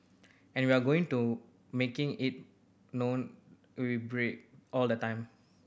and we're going to making it known we break all the time